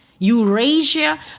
Eurasia